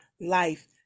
life